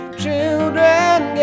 children